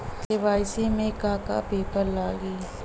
KYC में का का पेपर लगी?